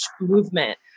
movement